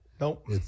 Nope